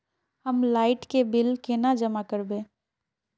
हम लाइट के बिल केना जमा करबे?